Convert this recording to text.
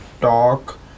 talk